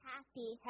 Happy